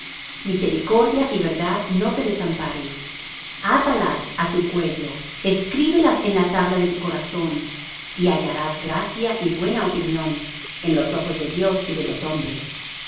misericordia y verdad no te desamparen atalas á tu cuello escríbelas en la tabla de tu corazón y hallarás gracia y buena opinión en los ojos de dios y de los hombres